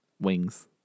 Wings